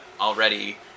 already